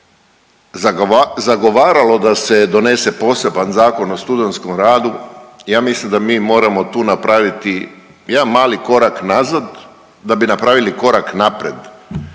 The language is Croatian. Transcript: zagovaralo da se donese poseban Zakon o studentskom radu ja mislim da mi moramo tu napraviti jedan mali korak nazad da bi napravili korak naprijed,